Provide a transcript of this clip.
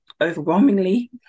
overwhelmingly